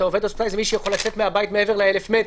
שמישהו יכול ללכת מהבית מעבר ל-1,000 מטר.